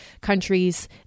countries